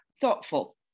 thoughtful